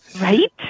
Right